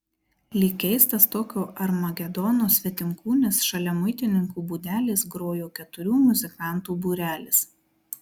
lyg keistas tokio armagedono svetimkūnis šalia muitininkų būdelės grojo keturių muzikantų būrelis